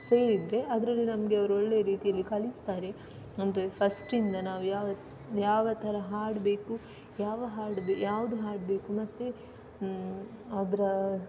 ಸೇರಿದರೆ ಅದರಲ್ಲಿ ನಮಗೆ ಅವರು ಒಳ್ಳೆ ರೀತಿಯಲ್ಲಿ ಕಲಿಸ್ತಾರೆ ಅಂದರೆ ಫಸ್ಟಿಂದ ನಾವು ಯಾವ ಯಾವ ಥರ ಹಾಡಬೇಕು ಯಾವ ಹಾಡಿಗೆ ಯಾವ್ದು ಹಾಡಬೇಕು ಮತ್ತೆ ಅದರ